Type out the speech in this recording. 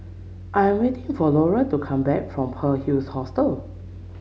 I am waiting for Lola to come back from Pearl's Hill Hostel